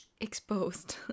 exposed